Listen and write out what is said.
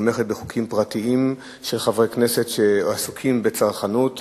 תומכת בחוקים פרטיים של חברי כנסת שעסוקים בצרכנות.